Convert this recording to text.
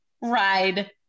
ride